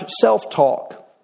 self-talk